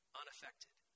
unaffected